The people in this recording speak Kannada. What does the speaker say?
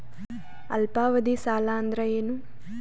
ಅಲ್ಪಾವಧಿ ಸಾಲ ಅಂದ್ರ ಏನು?